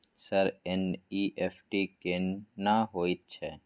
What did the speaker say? Sir NEFT केना होयत छै?